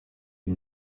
une